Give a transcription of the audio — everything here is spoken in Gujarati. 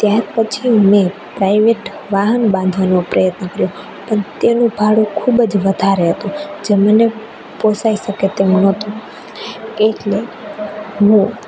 ત્યાર પછી મેં પ્રાઇવેટ વાહન બાંધવાનો પ્રયત્ન કર્યો પણ તેનું ભાડું ખૂબ જ વધારે હતું જે મને પોષાય શકે તેમ નહોતું એટલે હું